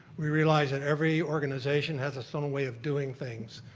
we realize that every organization has its own way of doing things,